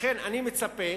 לכן, אני מצפה